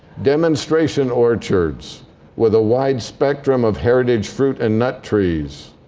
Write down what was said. demonstration orchards with a wide spectrum of heritage fruit and nut trees.